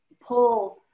pull